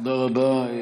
תודה רבה.